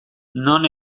non